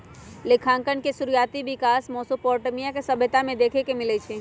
लेखांकन के शुरुआति विकास मेसोपोटामिया के सभ्यता में देखे के मिलइ छइ